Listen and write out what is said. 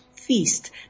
feast